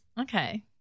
Okay